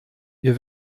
wir